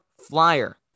flyer